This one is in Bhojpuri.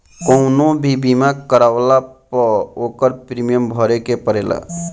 कवनो भी बीमा करवला पअ ओकर प्रीमियम भरे के पड़ेला